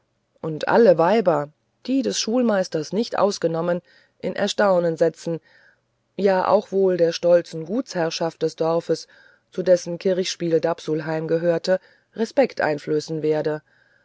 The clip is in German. und alle weiber des schulmeisters frau nicht ausgenommen in erstaunen setzen ja auch wohl der stolzen gutsherrschaft des dorfs zu dessen kirchsprengel dapsulheim gehörte respekt einflößen werde